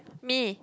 me